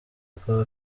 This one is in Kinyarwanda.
akaba